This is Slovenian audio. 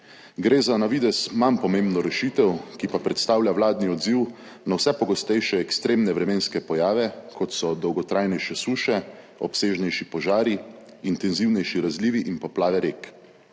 Gre za na videz manj pomembno rešitev, ki pa predstavlja vladni odziv na vse pogostejše ekstremne vremenske pojave, kot so dolgotrajnejše suše, obsežnejši požari, intenzivnejši razlivi in poplave rek.